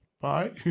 bye